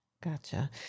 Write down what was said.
Gotcha